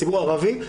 הציבור הערבי,